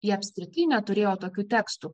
ji apskritai neturėjo tokių tekstų